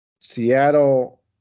Seattle